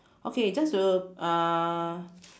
okay just to uh